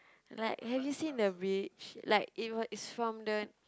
like have you seen the bridge like it w~ it's from the